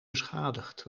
beschadigd